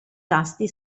tasti